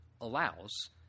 allows